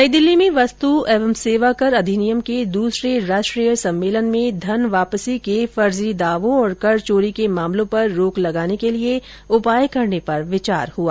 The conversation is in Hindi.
नई दिल्ली में वस्तु एवं सेवाकर अधिनियम के दूसरे राष्ट्रीय सम्मेलन में धन वापसी के फर्जी दावों और कर चोरी के मामलों पर रोक लगाने के लिए उपाय करने पर विचार हुआ